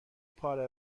پاره